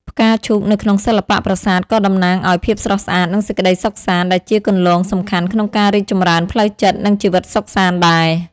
ផ្កាឈូកនៅក្នុងសិល្បៈប្រាសាទក៏តំណាងឲ្យ ភាពស្រស់ស្អាត និងសេចក្ដីសុខសាន្ត ដែលជាគន្លងសំខាន់ក្នុងការរីកចម្រើនផ្លូវចិត្ត និងជីវិតសុខសាន្តដែរ។